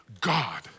God